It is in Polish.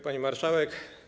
Pani Marszałek!